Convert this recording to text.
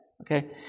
Okay